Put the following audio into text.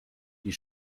die